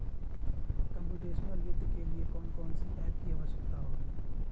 Computational वित्त के लिए कौन कौन सी एप की आवश्यकता होगी?